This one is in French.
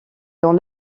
dans